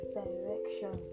direction